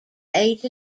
age